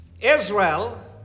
Israel